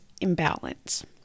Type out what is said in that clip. imbalance